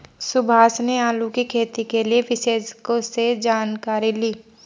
सुभाष ने आलू की खेती के लिए विशेषज्ञों से जानकारी ली